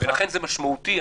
לכן זה משמעותי.